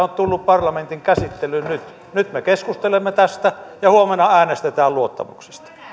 on tullut parlamentin käsittelyyn nyt nyt me keskustelemme tästä ja huomenna äänestetään luottamuksesta